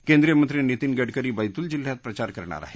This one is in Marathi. केंद्रिय मंत्री नितीन गडकरी बैतूल जिल्ह्यात प्रचार करणार आहेत